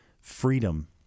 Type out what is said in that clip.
freedom